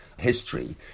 history